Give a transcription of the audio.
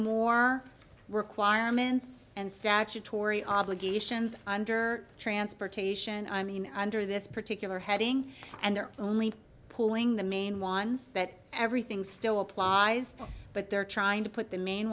more requirements and statutory obligations under transportation i mean under this particular heading and they're only pulling the main ones that everything still applies but they're trying to put the main